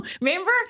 remember